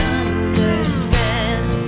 understand